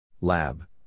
Lab